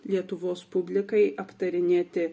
lietuvos publikai aptarinėti